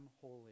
holy